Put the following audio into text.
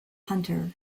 hunter